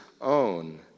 own